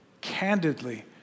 candidly